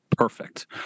Perfect